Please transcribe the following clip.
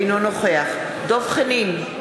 אינו נוכח דב חנין,